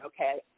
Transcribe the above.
okay